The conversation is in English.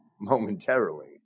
momentarily